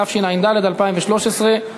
התשע"ד 2013,